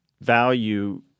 Value